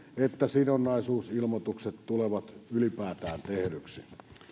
että sidonnaisuusilmoitukset tulevat ylipäätään tehdyiksi